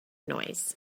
noise